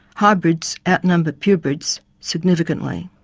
hybrids outnumber purebreds significantly.